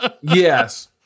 Yes